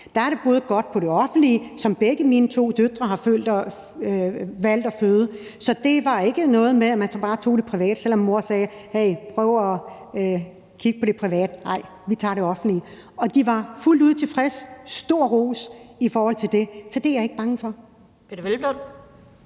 Der fungerer det godt hos det offentlige, hvor begge mine døtre har valgt at føde. Så det var ikke noget med, at man bare tog det private, selv om mor sagde, at de skulle prøve at kigge på det private. Nej, de tog det offentlige. Og de var fuldt ud tilfredse, og der skal lyde en stor ros for det. Så det er jeg ikke bange for.